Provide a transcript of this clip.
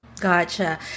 Gotcha